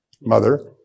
mother